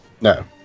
No